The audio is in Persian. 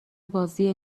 بازی